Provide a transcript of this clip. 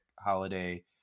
holiday